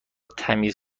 تمیز